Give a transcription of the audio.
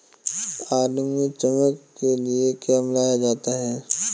आलू में चमक के लिए क्या मिलाया जाता है?